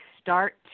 start